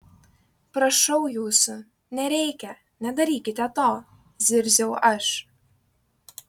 prašau jūsų nereikia nedarykite to zirziau aš